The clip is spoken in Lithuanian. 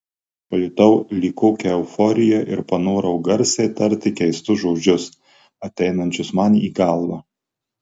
pajutau lyg kokią euforiją ir panorau garsiai tarti keistus žodžius ateinančius man į galvą